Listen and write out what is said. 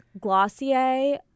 Glossier